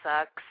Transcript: sucks